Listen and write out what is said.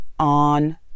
on